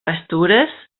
pastures